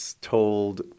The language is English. told